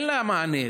אין להם מענה,